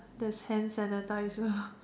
there's hand sanitiser